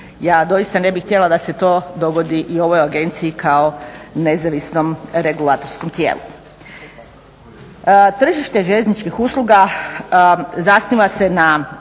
Ja doista ne bih htjela da se to dogodi i ovoj agenciji kao nezavisnom regulatorskom tijelu.